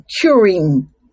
curing